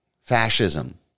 fascism